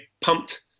pumped